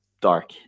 dark